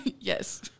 Yes